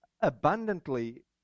abundantly